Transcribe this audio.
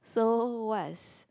so what's